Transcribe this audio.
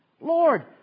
Lord